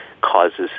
causes